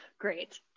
Great